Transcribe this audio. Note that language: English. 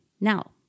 Now